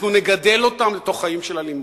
אנחנו נגדל אותם לתוך חיים של אלימות,